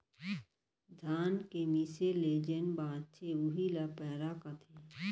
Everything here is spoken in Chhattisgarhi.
धान के मीसे ले जेन बॉंचथे उही ल पैरा कथें